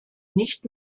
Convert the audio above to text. nicht